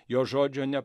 jo žodžio ne